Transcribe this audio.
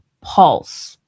pulse